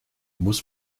muss